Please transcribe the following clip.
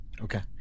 okay